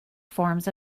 forms